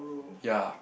ya